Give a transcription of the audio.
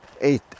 eight